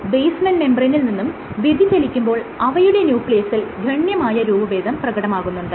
basement മെംബ്രേയ്നിൽ നിന്നും വ്യതിചലിക്കുമ്പോൾ അവയുടെ ന്യൂക്ലിയസിൽ ഗണ്യമായ രൂപഭേദം പ്രകടമാകുന്നുണ്ട്